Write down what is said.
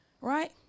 right